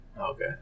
Okay